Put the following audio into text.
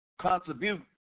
contribute